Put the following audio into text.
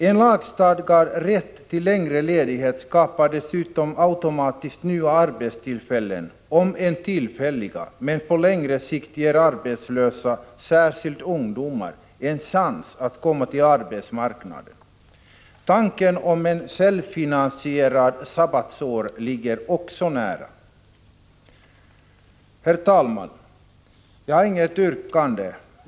En lagstadgad rätt till längre ledighet skapar automatiskt vissa nya arbetstillfällen om än kortvariga, men ger dessutom på längre sikt arbetslösa, särskilt ungdomar, en chans att komma in på arbetsmarknaden. Också tanken på ett självfinansierat sabbatsår ligger nära till hands i detta sammanhang. Herr talman!